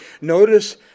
Notice